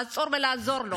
לעצור ולעזור לו.